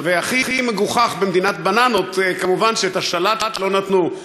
והכי מגוחך במדינת בננות, כמובן, את השלט לא נתנו.